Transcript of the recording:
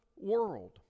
world